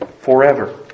forever